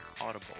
Audible